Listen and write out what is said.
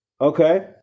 okay